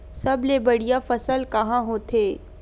सबले बढ़िया फसल का होथे?